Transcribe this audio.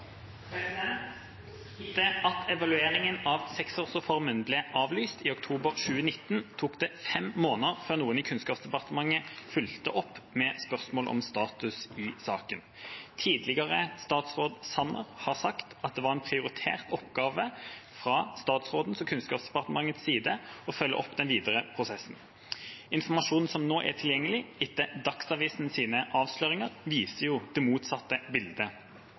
av representanten Heidi Greni. Spørsmål 16, fra representanten Rigmor Aasrud til arbeids- og sosialministeren, vil bli tatt opp av representanten Anniken Huitfeldt. «Etter at evalueringen av seksårsreformen ble avlyst i oktober 2019, tok det fem måneder før noen i Kunnskapsdepartementet fulgte opp med spørsmål om status i saken. Tidligere statsråd Sanner har sagt at det var en prioritert oppgave fra statsrådens side å følge opp den videre prosessen. Informasjon som nå